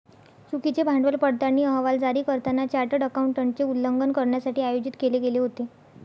चुकीचे भांडवल पडताळणी अहवाल जारी करताना चार्टर्ड अकाउंटंटचे उल्लंघन करण्यासाठी आयोजित केले गेले होते